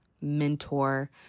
mentor